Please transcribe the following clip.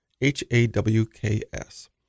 H-A-W-K-S